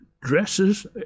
dresses